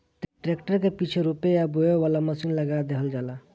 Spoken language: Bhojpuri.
ट्रैक्टर के पीछे रोपे या बोवे वाला मशीन लगा देवल जाला